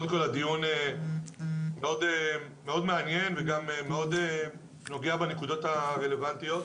הדיון מאוד מעניין וגם מאוד נוגע בנקודות הרלוונטיות.